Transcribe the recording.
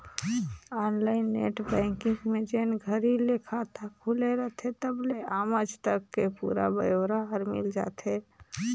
online net banking में जेन घरी ले खाता खुले रथे तबले आमज तक के पुरा ब्योरा हर मिल जाथे